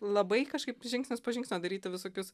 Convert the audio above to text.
labai kažkaip žingsnis po žingsnio daryti visokius